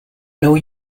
know